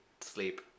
sleep